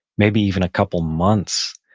maybe even a couple months,